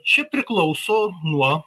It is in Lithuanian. čia priklauso nuo